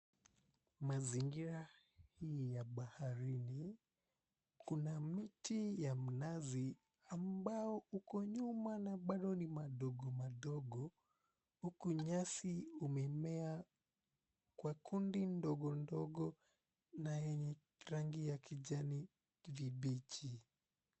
Mazingira hii ya baharini kuna miti ya mnazi ambao uko nyuma na bado ni madogo madogo. Huku nyasi umemea kwa kundi ndogo ndogo na yenye rangi ya kijani kibichi.